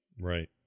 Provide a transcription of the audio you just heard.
Right